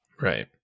right